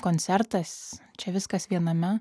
koncertas čia viskas viename